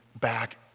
back